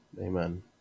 Amen